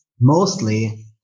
mostly